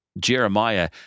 Jeremiah